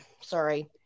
sorry